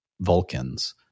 vulcans